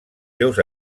seus